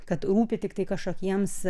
kad rūpi tiktai kažkokiems